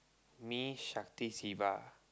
me Shakti siva